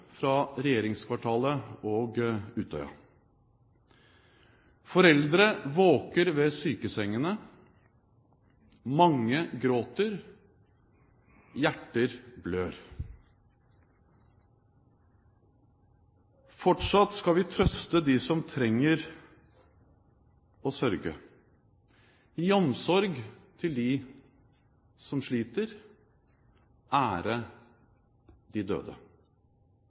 fra regjeringskvartalet og Utøya. Foreldre våker ved sykesengene. Mange gråter. Hjerter blør. Fortsatt skal vi trøste dem som trenger å sørge, gi omsorg til dem som sliter, ære de døde.